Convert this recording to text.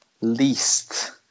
least